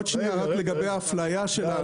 עוד שנייה רק לגבי האפליה של האנשים.